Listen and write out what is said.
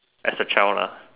as a child lah